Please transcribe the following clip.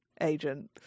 agent